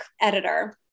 editor